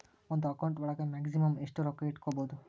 ಒಂದು ಅಕೌಂಟ್ ಒಳಗ ಮ್ಯಾಕ್ಸಿಮಮ್ ಎಷ್ಟು ರೊಕ್ಕ ಇಟ್ಕೋಬಹುದು?